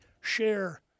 share